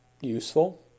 useful